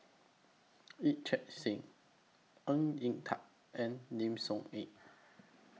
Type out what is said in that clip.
Yee Chia Hsing Ng Yat Chuan and Lim Soo Ngee